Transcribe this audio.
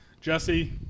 Jesse